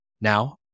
Now